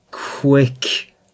quick